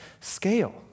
scale